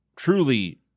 Truly